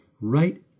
right